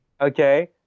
Okay